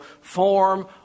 form